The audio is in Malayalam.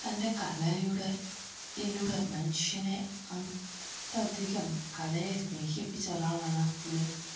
തന്റെ കലയുടെ യിലൂടെ മനുഷ്യനെ അങ് തധികം കലയെ സ്നേഹിപ്പിച്ച ഒരാളാണ് പുളി